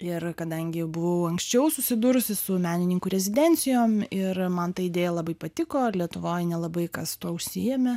ir kadangi buvau anksčiau susidūrusi su menininkų rezidencijom ir man ta idėja labai patiko lietuvoj nelabai kas tuo užsiėmė